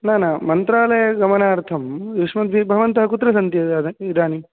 न न मन्त्रालयगमनार्थं यु्ष्माभिः भवन्तः कुत्र सन्ति इदानीं